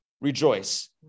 rejoice